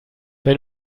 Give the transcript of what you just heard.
wenn